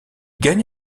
gagne